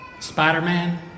Spider-Man